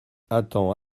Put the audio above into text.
attends